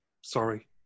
Sorry